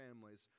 families